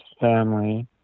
family